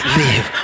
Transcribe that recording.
live